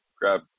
grab